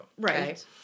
right